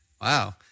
Wow